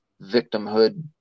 victimhood